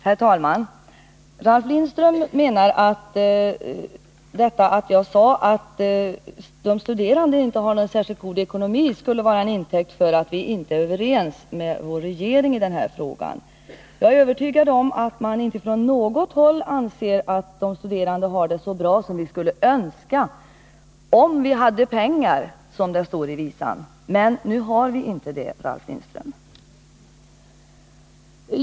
Herr talman! Ralf Lindström menar att detta att jag sade att de studerande inte har någon särskilt god ekonomi skulle tas till intäkt för att vi inte är överens med regeringen i den här frågan. Jag är övertygad om att man inte från något håll anser att de studerande har det så bra som vi skulle önska — om vi hade pengar, som det står i visan. Men nu har vi inte det, Ralf Lindström.m. m.